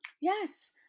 yes